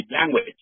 language